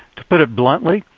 to put it bluntly,